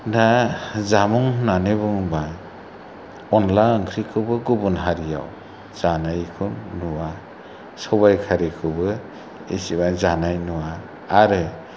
दा जामुं होननानै बुङोबा अनला ओंख्रिखौबो गुबुन हारियाव जानायखौ नुवा सबाय खारैखौबो एसेबां जानाय नुवा आरो